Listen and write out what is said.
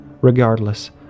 Regardless